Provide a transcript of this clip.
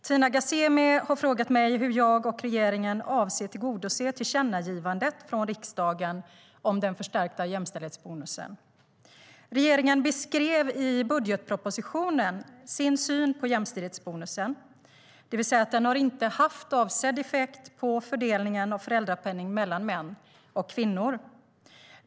Tina Ghasemi har frågat mig hur jag och regeringen avser att tillgodose tillkännagivandet från riksdagen om den förstärkta jämställdhetsbonusen. Regeringen beskrev i budgetpropositionen sin syn på jämställdhetsbonusen, det vill säga att den inte har haft avsedd effekt på fördelningen av föräldrapenning mellan män och kvinnor.